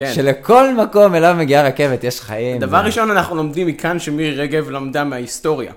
שלכל מקום אליו מגיעה רכבת, יש חיים. דבר ראשון, אנחנו לומדים מכאן שמירי רגב למדה מההיסטוריה.